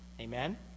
Amen